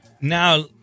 Now